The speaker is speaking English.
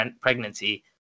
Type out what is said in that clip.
pregnancy